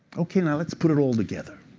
ok, now let's put it all together.